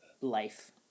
life